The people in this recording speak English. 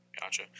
Gotcha